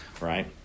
right